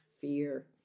fear